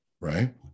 right